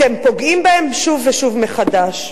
אתם פוגעים בהן שוב ושוב מחדש.